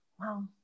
Wow